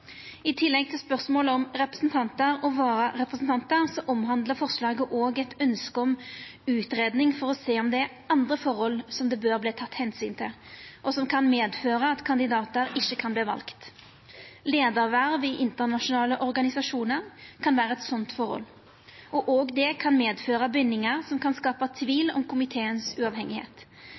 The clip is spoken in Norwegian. I tillegg til spørsmålet om representantar og vararepresentantar omhandlar forslaget òg eit ønske om utgreiing for å sjå om det er andre forhold som ein bør ta omsyn til, og som kan medføra at kandidatar ikkje kan verta valde. Leiarverv i internasjonale organisasjonar kan vera eit slikt forhold, og òg det kan medføra bindingar som kan skapa tvil om